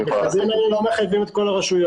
המכרזים האלה לא מחייבים את כל הרשויות.